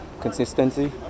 consistency